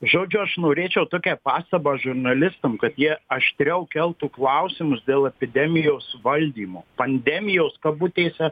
žodžiu aš norėčiau tokią pastabą žurnalistam kad jie aštriau keltų klausimus dėl epidemijos valdymo pandemijos kabutėse